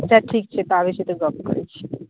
रखू आबैय छी त गप्प करै छी